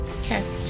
okay